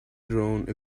drone